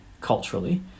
culturally